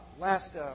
Last